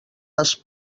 les